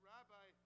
Rabbi